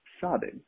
sobbing